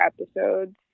episodes